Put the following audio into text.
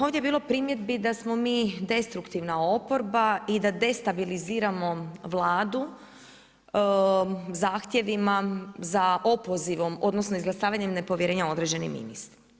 Ovdje je bilo primjedbi da smo mi destruktivna oporba i da destabiliziramo Vladu zahtjevima za opozivom, odnosno izglasavanjem nepovjerenja određenim ministrima.